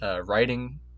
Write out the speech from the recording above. writing